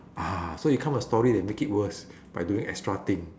ah so you come a story that make it worse by doing extra thing